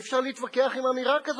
אי-אפשר להתווכח עם אמירה כזאת.